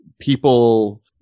people